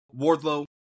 Wardlow